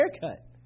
haircut